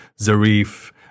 Zarif